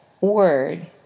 word